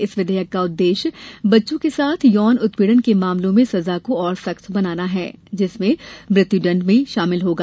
इस विधेयक का उद्देश्य बच्चों के साथ यौन उत्पीड़न के मामलों में सजा को और सख्त बनाना है जिसमें मृत्युदंड भी शामिल होगा